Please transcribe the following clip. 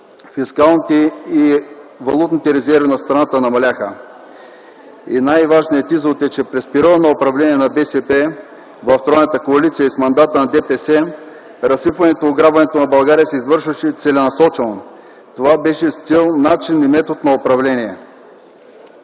фискалните и валутните резерви на страната намаляха. Най-важният извод е, че през периода на управление на БСП в тройната коалиция и с мандата на ДПС разсипването и ограбването на България се извършваше целенасочено. Това беше цел, начин и метод на управление.